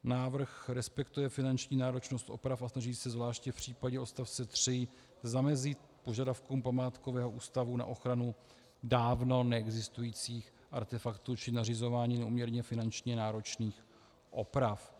Návrh respektuje finanční náročnost oprav a snaží se zvláště v případě odst. 3 zamezit požadavkům památkového ústavu na ochranu dávno neexistujících artefaktů či nařizování neúměrně finančně náročných oprav.